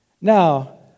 Now